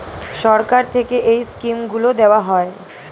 সরকার থেকে এই স্কিমগুলো দেওয়া হয়